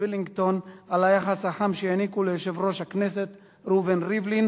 בוולינגטון על היחס החם שהעניקו ליושב-ראש הכנסת ראובן ריבלין